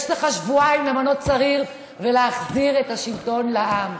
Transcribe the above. יש לך שבועיים למנות שרים ולהחזיר את השלטון לעם.